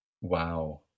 Wow